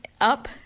up